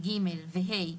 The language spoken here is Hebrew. (ג) ו-(ה),